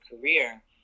career